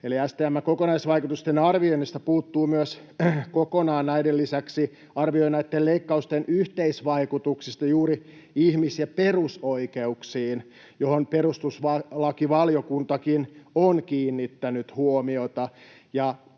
STM:n kokonaisvaikutusten arvioinnista puuttuu myös näiden lisäksi kokonaan arvio näitten leikkausten yhteisvaikutuksista juuri ihmis- ja perusoikeuksiin, mihin perustuslakivaliokuntakin on kiinnittänyt huomiota.